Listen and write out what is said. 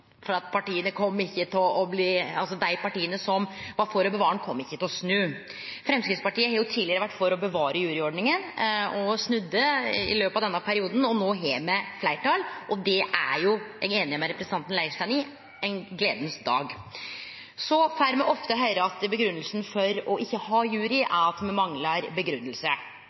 fordi dei partia som var for å bevare ordninga, ikkje kom til å snu. Framstegspartiet har tidlegare vore for å bevare juryordninga, men snudde i løpet av denne perioden, og no har me fleirtal. Eg er einig med representanten Leirstein i at det er ein dag å gle seg over. Så får me ofte høyre at grunngjevinga for ikkje å ha jury, er at me manglar